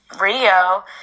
Rio